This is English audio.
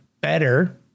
better